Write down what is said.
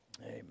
Amen